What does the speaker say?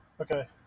Okay